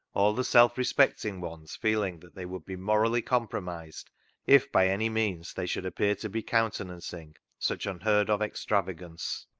all the self-respecting ones feeling that they would be morally compromised if by any means they should appear to be counten ancing such unheard-of extravagance.